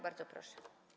Bardzo proszę.